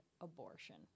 abortion